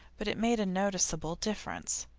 but it made a noticeable difference.